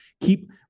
keep